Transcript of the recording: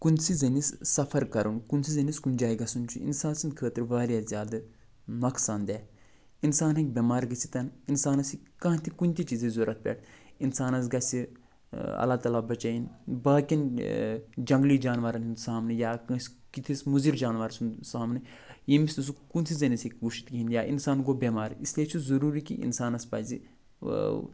کُنۍسٕے زٔنِس سفر کَرُن کُنۍسٕے زٔنِس کُنہِ جایہِ گژھُن چھُ اِنسان سٕنٛدۍ خٲطرٕ واریاہ زیادٕ نۄقصان دہ اِنسان ہیٚکہِ بٮ۪مار گٔژھِتھ اِنسانَس ہیٚکہِ کانٛہہ تہِ کُنہِ تہِ چیٖزٕچ ضوٚرَتھ پٮ۪تھ اِنسانَس گژھِ اللہ تعالیٰ بچٲیِن باقِیَن جنٛگلی جانوَرَن ہُنٛد سامنہٕ یا کانٛسہِ کِتھِس مُضِر جانوَر سُنٛد سامنہٕ ییٚمِس نہٕ سُہ کُنۍسٕے زٔنِس ہیٚکہِ پوٗشِتھ کِہیٖنۍ یا اِنسان گۄو بٮ۪مار اِسلیے چھُ ضٔروٗری کہ اِنسانَس پَزِ